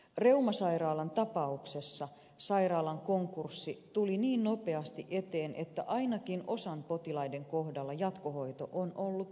reumasairaalan tapauksessa sairaalan konkurssi tuli niin nopeasti eteen että ainakin osan potilaista kohdalla jatkohoito on ollut vaarassa